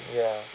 ya